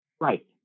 Right